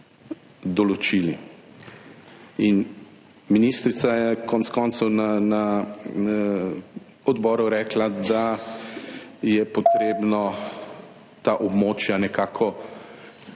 določili. Ministrica je konec koncev na odboru rekla, da je potrebno ta območja nekako